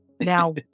now